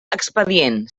expedient